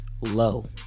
low